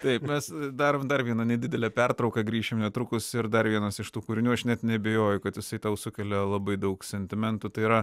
taip mes darom dar vieną nedidelę pertrauką grįšim netrukus ir dar vienas iš tų kūrinių aš net neabejoju kad jisai tau sukelia labai daug sentimentų tai yra